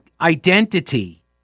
identity